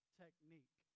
technique